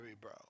bro